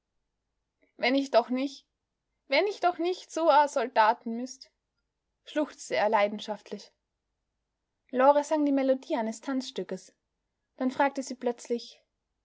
wenn ich doch nich wenn ich doch nich zu a soldaten müßt schluchzte er leidenschaftlich lore sang die melodie eines tanzstückes dann fragte sie plötzlich